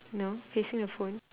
no facing the phone